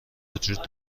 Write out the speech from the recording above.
وجود